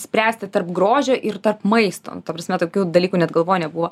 spręsti tarp grožio ir tarp maisto ta prasme tokių dalykų net galvoj nebuvo